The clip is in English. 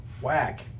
Whack